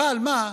אבל מה,